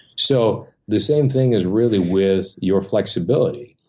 so the same thing is really with your flexibility.